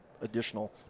additional